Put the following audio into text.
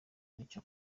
nicyo